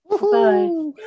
Bye